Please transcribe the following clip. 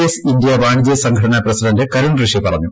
S India വാണിജ്യ സംഘടന president Karun Rishi പറഞ്ഞു